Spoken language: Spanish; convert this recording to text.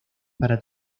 para